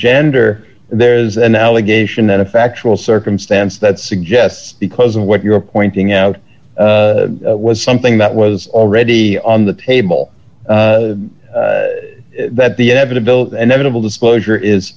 gender there's an allegation that a factual circumstance that suggests because of what you're pointing out was something that was already on the table that the inevitable inevitable disclosure is